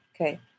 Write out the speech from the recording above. okay